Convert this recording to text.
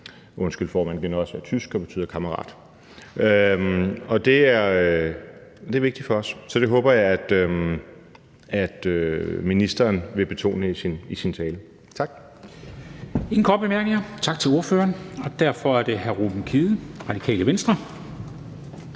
Undskyld, formand, genosse er tysk og betyder kammerat. Det er vigtigt for os, så det håber jeg at ministeren vil betone i sin tale. Tak.